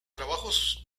trabajos